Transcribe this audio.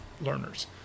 learners